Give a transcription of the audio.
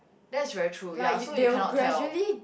that's very true ya so you cannot tell